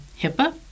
HIPAA